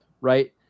Right